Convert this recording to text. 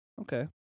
Okay